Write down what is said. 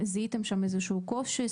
זיהיתם שם איזשהו קושי?